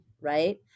right